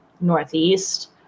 northeast